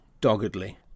doggedly